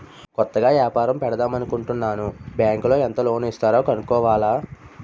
కొత్తగా ఏపారం పెడదామనుకుంటన్నాను బ్యాంకులో ఎంత లోను ఇస్తారో కనుక్కోవాల